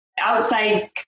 outside